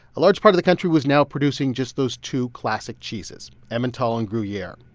a large part of the country was now producing just those two classic cheeses emmental and gruyere.